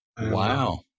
Wow